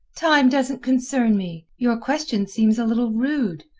time doesn't concern me. your question seems a little rude.